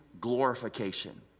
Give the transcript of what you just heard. glorification